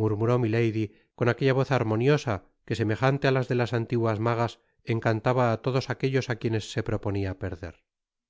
murmuró milady con aquella voz armoniosa que semejante á las de las antiguas magas encantaba á todos aquellos á quienes se proponia perder